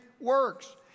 works